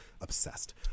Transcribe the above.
Obsessed